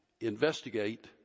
investigate